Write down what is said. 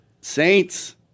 Saints